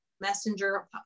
messenger